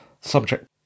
subject